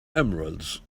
emeralds